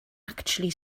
actually